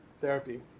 therapy